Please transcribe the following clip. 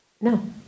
no